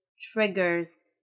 triggers